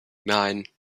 nine